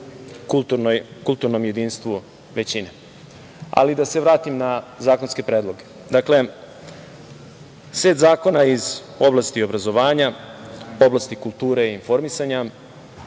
kulturnom jedinstvu većine. Ali, da se vratim na zakonske predloge. Dakle, set zakona iz oblasti obrazovanja, oblasti kulture i informisanja,